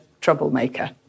troublemaker